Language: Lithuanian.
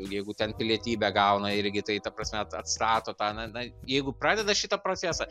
jeigu ten pilietybę gauna irgi tai ta prasme at atstato tą na na jeigu pradeda šitą procesą